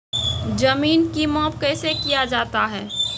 जमीन की माप कैसे किया जाता हैं?